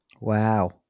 Wow